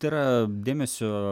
tai yra dėmesio